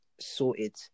sorted